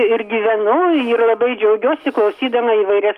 ir gyvenu ir labai džiaugiuosi klausydama įvairias